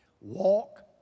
Walk